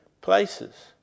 places